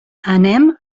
anem